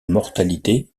mortalité